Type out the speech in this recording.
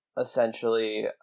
Essentially